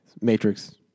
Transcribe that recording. Matrix